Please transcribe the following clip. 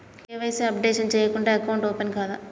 KYC updation చేయకుంటే account open కాదా?